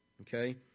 Okay